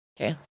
Okay